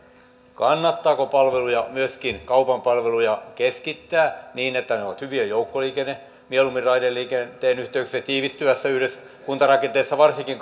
kannattaako palveluja myöskin kaupan palveluja keskittää niin että ne ovat hyvien joukkoliikenne mieluummin raideliikenteen yhteyksissä tiivistyvässä yhdyskuntarakenteessa varsinkin